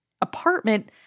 apartment